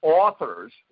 authors